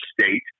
state